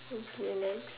okay next